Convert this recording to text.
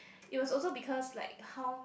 it was also because like how